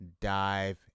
dive